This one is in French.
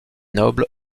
noble